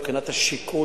מבחינת השיקול,